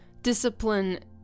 discipline